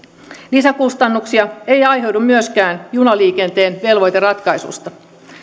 lisäkustannuksia ei aiheudu myöskään junaliikenteen velvoiteratkaisuista